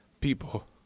people